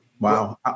Wow